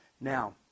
Now